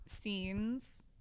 scenes